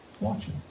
watching